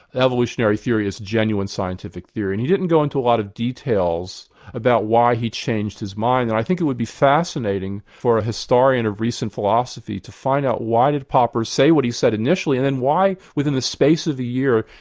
evolutionary theory is a genuine scientific theory. and he didn't go into a lot of details about why he changed his mind, and i think it would be fascinating for a historian of recent philosophy to find out why did popper say what he said initially, and why within the space of a year,